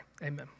Amen